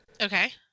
Okay